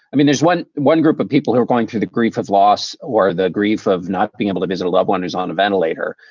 i mean, there's one one group of people who are going through the grief of loss or the grief of not being able to visit a loved one is on a ventilator.